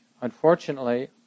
unfortunately